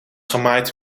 gemaaid